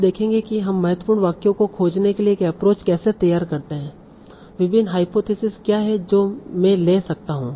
आप देखेंगे कि हम महत्वपूर्ण वाक्यों को खोजने के लिए एक एप्रोच कैसे तैयार करते हैं विभिन्न हाइपोथिसिस क्या है जो मैं ले सकता हूं